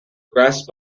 grasp